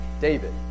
David